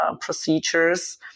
procedures